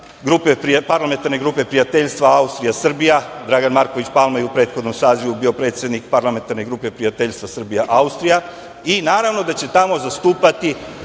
parlamentarne grupe prijateljstva Austrija-Srbija. Dragan Marković Palma je u prethodnom sazivu bio predsednik Parlamentarne grupe prijateljstva Srbija-Austrija. Naravno, da će tamo zastupati